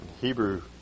Hebrew